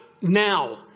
now